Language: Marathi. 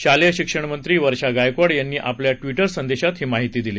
शालेय शिक्षणमंत्री वर्षा गायकवाड यांनी आपल्या ट्वीटर संदेशात ही माहिती दिली